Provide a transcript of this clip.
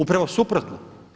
Upravo suprotno.